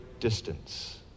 distance